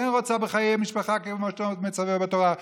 כן רוצה בחיי משפחה כמו שמצווה בתורה,